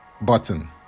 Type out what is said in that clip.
button